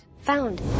Found